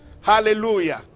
Hallelujah